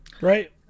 Right